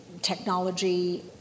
technology